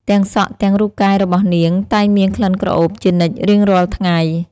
ទាំងសក់ទាំងរូបកាយរបស់នាង តែងមានក្លិនក្រអូបជានិច្ចរៀងរាល់ថ្ងៃ។